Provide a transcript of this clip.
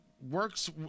works